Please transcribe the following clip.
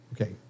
Okay